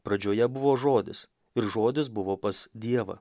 pradžioje buvo žodis ir žodis buvo pas dievą